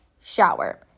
shower